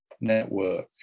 network